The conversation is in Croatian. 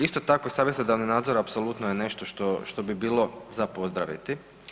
Isto tako savjetodavni nadzor apsolutno je nešto što bi bilo za pozdraviti.